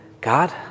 God